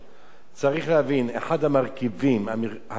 צריך להבין, אחד המרכיבים העיקריים